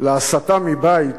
להסתה מבית,